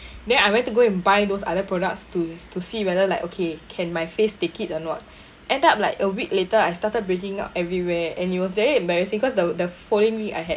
then I went to go and buy those other products to to see whether like okay can my face take it or not end up like a week later I started breaking out everywhere and it was very embarrassing cause the the following week I had